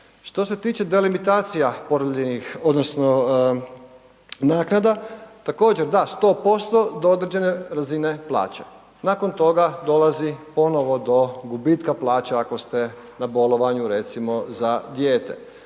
Što se tiče delimitacija porodiljnih odnosno naknada, također, da, 100%, do određene razine plaće, nakon toga dolazi ponovno do gubitka plaće ako ste na bolovanju recimo za dijete.